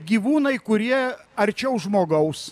gyvūnai kurie arčiau žmogaus